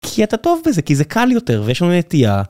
כי אתה טוב בזה, כי זה קל יותר, ויש לנו נטייה